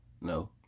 No